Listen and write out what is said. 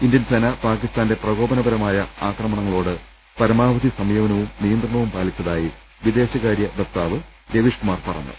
ഇന്തൃൻസേന പാകിസ്താന്റെ പ്രകോപനപരമായ ആക്രമണങ്ങ ളോട് പരമാവധി സംയമനവും നിയന്ത്രണവും പാലിച്ചതായി വിദേശ കാര്യ വക്താവ് രവീഷ് കുമാർ പറഞ്ഞു